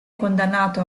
condannato